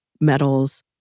medals